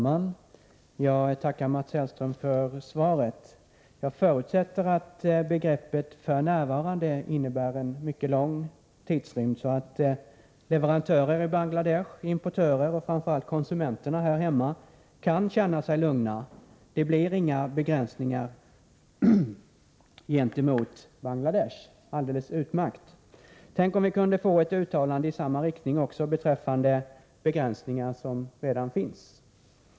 Herr talman! Jag tackar Mats Hellström för svaret. Jag förutsätter att begreppet för närvarande innebär en mycket lång tidrymd, så att leverantörer i Bangladesh, importörerna och framför allt konsumenterna här hemma kan känna sig lugna: det blir inga begränsningar gentemot Bangladesh — alldeles utmärkt! Tänk om vi kunde få ett uttalande i samma riktning också beträffande begränsningar som redan finns.